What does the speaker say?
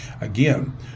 Again